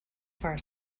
far